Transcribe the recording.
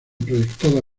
proyectada